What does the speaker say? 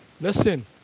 Listen